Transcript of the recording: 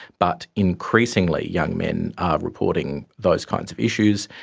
but increasingly young men are reporting those kinds of issues.